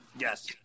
Yes